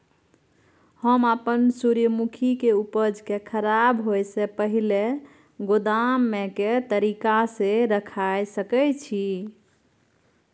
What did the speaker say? हम अपन सूर्यमुखी के उपज के खराब होयसे पहिले गोदाम में के तरीका से रयख सके छी?